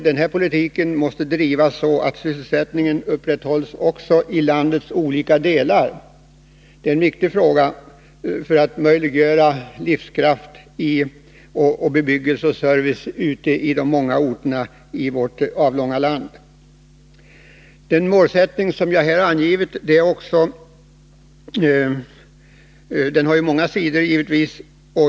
Denna politik måste drivas så att sysselsättningen upprätthålls också i landets alla olika delar — det är en viktig fråga — för att möjliggöra livskraft, bebyggelse och service ute i de många orterna i vårt avlånga land. Den målsättning som jag här har angivit har självfallet många sidor.